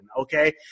Okay